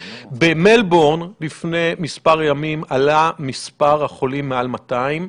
במלבורן לפני מספר ימים עלה מספר החולים מעל 200,